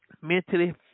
Mentally